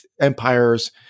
empires